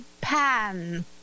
pan